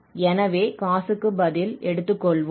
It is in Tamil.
எனவே cos க்கு பதில் எடுத்துக்கொள்வோம்